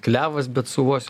klevas bet su uosio